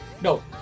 no